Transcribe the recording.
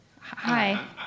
Hi